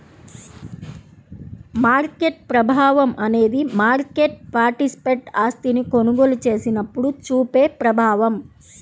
market ప్రభావం అనేది market participant ఆస్తిని కొనుగోలు చేసినప్పుడు చూపే ప్రభావం